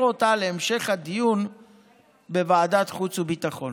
אותה להמשך הדיון בוועדת חוץ וביטחון.